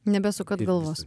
nebesukat galvos